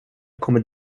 kommer